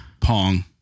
Pong